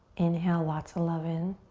inhale lots of love in.